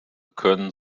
können